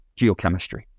geochemistry